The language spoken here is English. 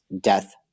death